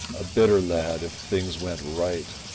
a better lad, if things went right,